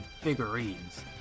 figurines